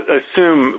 assume